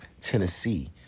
Tennessee